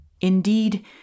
indeed